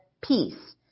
peace